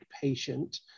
patient